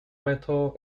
metal